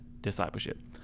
discipleship